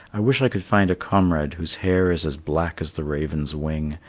i wish i could find a comrade whose hair is as black as the raven's wing,